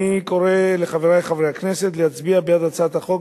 אני קורא לחברי חברי הכנסת להצביע בעד הצעת החוק